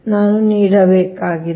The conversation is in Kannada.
ಆದ್ದರಿಂದ ಇಲ್ಲಿ ನಾನು ನೀಡಬೇಕಾಗಿದೆ